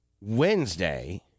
Wednesday